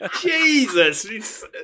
Jesus